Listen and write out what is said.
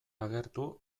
agertu